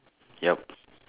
yup